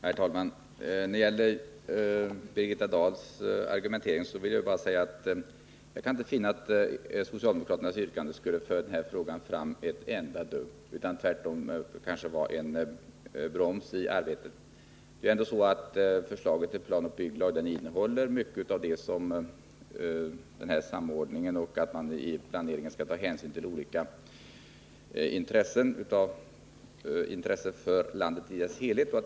Herr talman! När det gäller Birgitta Dahls argumentering kan jag inte finna att socialdemokraternas yrkande skulle föra den här frågan fram ett enda dugg. Tvärtom skulle det kanske innebära en broms i arbetet. Förslaget till planoch bygglag innehåller mycket av detta att man i samordningen och den kommunala planeringen skall ta hänsyn till olika intressen för landet i dess helhet.